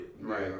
right